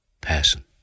person